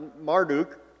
Marduk